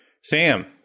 Sam